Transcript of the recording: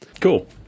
Cool